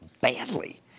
badly